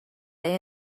day